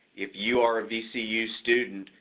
if you are a vcu student,